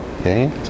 okay